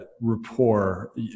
rapport